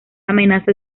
amenaza